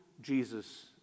Jesus